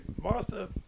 Martha